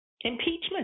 impeachment